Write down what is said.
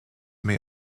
may